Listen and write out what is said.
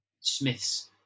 Smith's